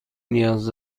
نیاز